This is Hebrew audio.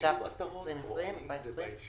התש"ף-2020 (להלן,